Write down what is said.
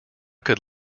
could